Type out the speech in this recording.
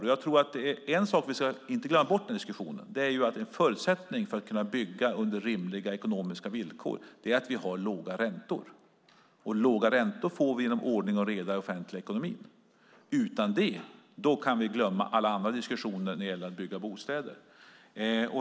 En sak som vi inte ska glömma bort i diskussionen är att en förutsättning för att kunna bygga under rimliga ekonomiska villkor är att vi har låga räntor. Och låga räntor får vi genom ordning och reda i den offentliga ekonomin. Utan det kan vi glömma alla diskussioner när det gäller att bygga bostäder.